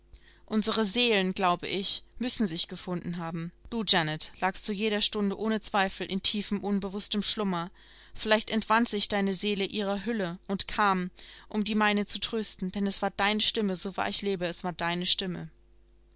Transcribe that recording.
unsere seelen glaube ich müssen sich gefunden haben du janet lagst zu jener stunde ohne zweifel in tiefem unbewußtem schlummer vielleicht entwand sich deine seele ihrer hülle und kam um die meine zu trösten denn es war deine stimme so wahr ich lebe es war deine stimme